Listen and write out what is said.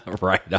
right